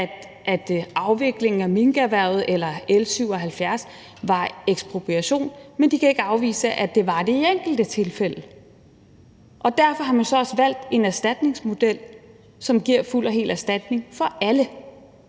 ved afviklingen af minkerhvervet eller vedtagelsen af L 77 var tale om ekspropriation, men de kan ikke afvise, at det var der i enkelte tilfælde. Og derfor har man også valgt en erstatningsmodel, som giver fuld og hel erstatning til alle